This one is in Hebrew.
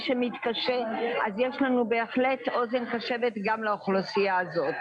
שמתקשה יש לנו בהחלט אוזן קשבת גם לאוכלוסייה הזו.